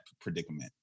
predicament